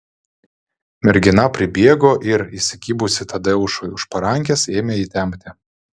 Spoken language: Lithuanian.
mergina pribėgo ir įsikibusi tadeušui už parankės ėmė jį tempti